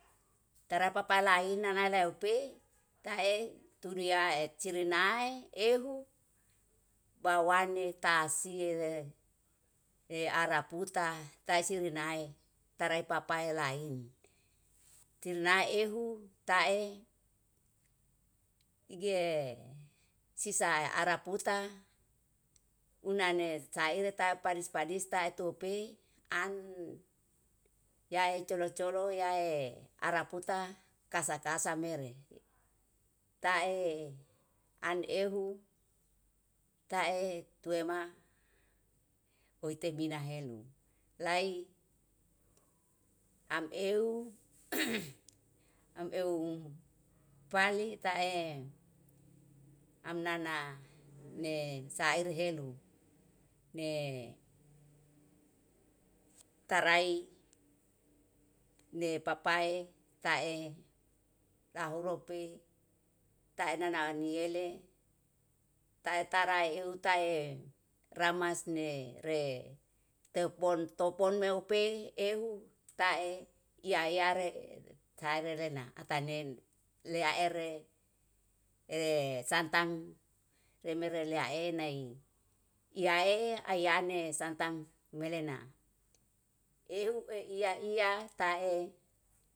Tara papai laina na lai opei ta'e tunu ya'et siri nae ehu bawane tasiele re ara puta tai siri nai tarai papai lain. Tirina ehu ta'e ige sisa ara puta unane sa ire tae padis padis tae tuhu pe an yae colo colo yae ara puta kasa kasa mere. Ta'e an ehu, ta'e tuema hoite bina helu lai am eu am eu pali ta'e am nana ne sa ire helu ne tarai ne papae ta'e lahu rope ta'e nana ni yele ta'e tara ehu tae ramas ne re teupon topon me upe ehu ta'e iya yare taere rena ata nen le'a ere santang lemere lea nai iyae ayane santang melena ehu e'iya iya ta'e.